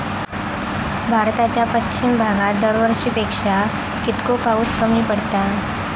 भारताच्या पश्चिम भागात दरवर्षी पेक्षा कीतको पाऊस कमी पडता?